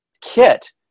kit